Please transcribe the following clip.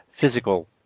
physical